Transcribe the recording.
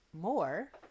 more